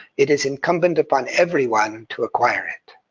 it is incumbent upon everyone to acquire it.